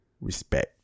respect